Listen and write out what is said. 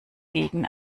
gegen